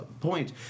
point